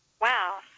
Wow